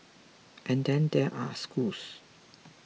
and then there are schools